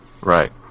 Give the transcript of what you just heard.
Right